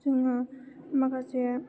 जोङो माखासे